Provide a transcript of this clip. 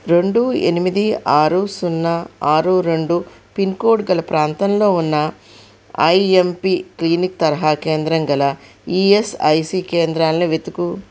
రెండు ఎనిమిది ఆరు సున్నా ఆరు రెండు పిన్ కోడ్ గల ప్రాంతంలో ఉన్న ఐఎంపి క్లినిక్ తరహా కేంద్రం గల ఇఎస్ఐసి కేంద్రాలని వెతుకుము